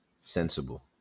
sensible